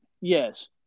yes